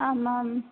आम् आम्